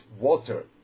water